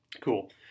Cool